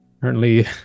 Currently